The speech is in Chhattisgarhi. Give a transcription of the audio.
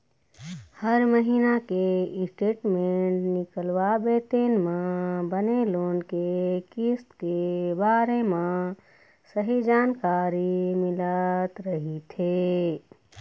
हर महिना के स्टेटमेंट निकलवाबे तेन म बने लोन के किस्त के बारे म सहीं जानकारी मिलत रहिथे